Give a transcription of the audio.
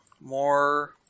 more